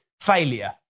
Failure